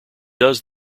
does